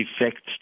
effect